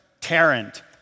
Tarrant